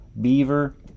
Beaver